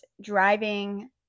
driving